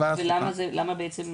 למה בעצם,